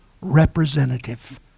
representative